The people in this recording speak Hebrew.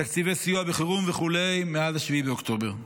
תקציבי סיוע בחירום וכו', מאז 7 באוקטובר.